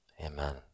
Amen